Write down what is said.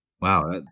Wow